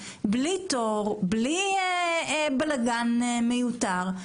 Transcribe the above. בלי תור ובלי בלגאן מיותר.